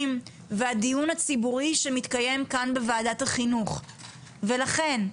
והדיון הציבורי שמתקיים כאן בוועדת החינוך ולכן,